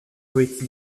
poétique